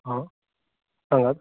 हा सांगात